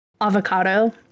avocado